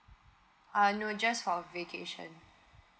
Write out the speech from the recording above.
uh no just for vacation